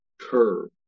curve